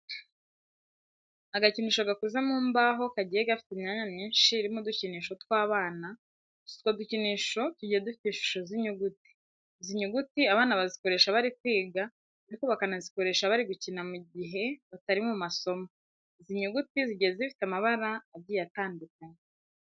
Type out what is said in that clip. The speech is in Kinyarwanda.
Agakoresho gakoze mu mbaho kagiye gafite imyanya myinshi irimo udukinisho tw'abana gusa utwo dukinisho tugiye dufite ishusho z'inyuguti. Izi nyuguti abana bazikoresha bari kwiga ariko bakanazikoresha bari gukina mu gihe batari mu masomo. Izi nyuguti zigiye zifite amabara agiye atandukanye.